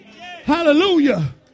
Hallelujah